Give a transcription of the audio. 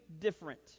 different